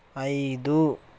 ఐదు